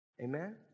Amen